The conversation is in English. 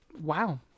Wow